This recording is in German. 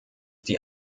die